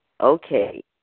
Okay